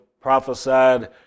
prophesied